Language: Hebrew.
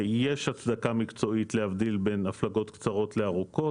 יש הצדקה מקצועית להבדיל בין הפלגות קצרות לארוכות,